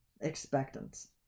Expectance